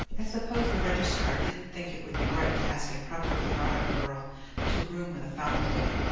i suppose the registrar didn't think it would be right to ask a properly brought-up girl to room with a foundling.